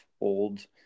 old